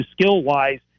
skill-wise